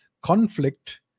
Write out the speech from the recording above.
conflict